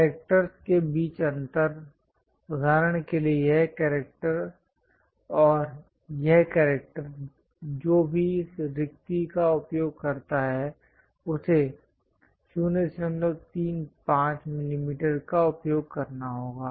characters के बीच अंतर उदाहरण के लिए यह कैरेक्टर और यह कैरेक्टर जो भी इस रिक्ति का उपयोग करता है उसे 035 मिलीमीटर का उपयोग करना होगा